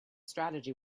strategy